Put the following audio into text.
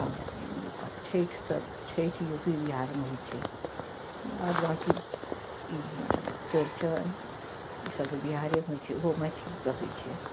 हँ आ छठि तऽ छठि यू पी बिहारमे होइ छै बाद बाँकी ई चौड़चन इसब तऽ बिहारेमे होइ छै ओहो मैथिलके होइ छै